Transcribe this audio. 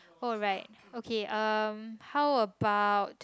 oh right okay um how about